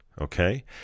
Okay